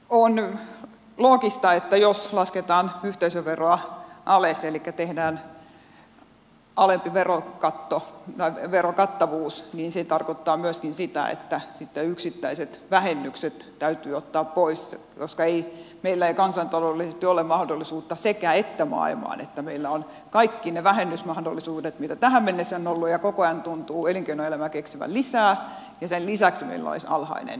on loogista että jos lasketaan yhteisöveroa alas elikkä tehdään alempi verokattavuus niin se tarkoittaa myöskin sitä että sitten yksittäiset vähennykset täytyy ottaa pois koska ei meillä kansantaloudellisesti ole mahdollisuutta sekäettä maailmaan että meillä on kaikki ne vähennysmahdollisuudet mitä tähän mennessä on ollut ja koko ajan tuntuu elinkeinoelämä keksivän lisää ja sen lisäksi meillä olisi alhainen yhteisöveroprosentti